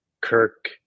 Kirk